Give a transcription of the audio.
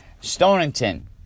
Stonington